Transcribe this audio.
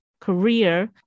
career